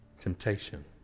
Temptation